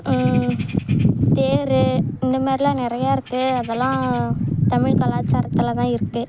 தேர் இந்தமாதிரிலாம் நிறையா இருக்குது அதெல்லாம் தமிழ் கலாச்சாரத்தில்தான் இருக்குது